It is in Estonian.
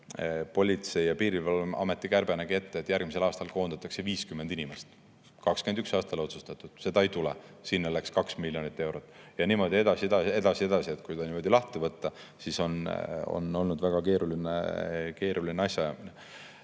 Politsei- ja Piirivalveameti kärbe nägi ette, et järgmisel aastal koondatakse 50 inimest. See oli 2021. aastal otsustatud. Seda ei tule, sinna läks 2 miljonit eurot. Ja nii edasi, edasi, edasi. Kui see niimoodi lahti võtta, siis on olnud väga keeruline asjaajamine.